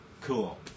cool